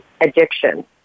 addiction